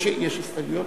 יש הסתייגויות?